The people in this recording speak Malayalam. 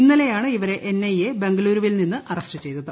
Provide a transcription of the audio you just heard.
ഇന്നലെയാണ് ഇവരെ എൻ ഐ എ ബ്ലാ്ഗളൂരുവിൽ നിന്ന് അറസ്റ്റ് ചെയ്തത്